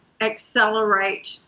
accelerate